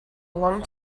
long